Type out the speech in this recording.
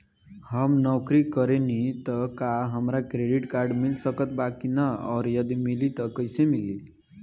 हम नौकरी करेनी त का हमरा क्रेडिट कार्ड मिल सकत बा की न और यदि मिली त कैसे मिली?